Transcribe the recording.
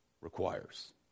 requires